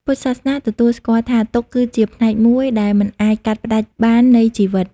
ពុទ្ធសាសនាទទួលស្គាល់ថា ទុក្ខគឺជាផ្នែកមួយដែលមិនអាចកាត់ផ្ដាច់បាននៃជីវិត។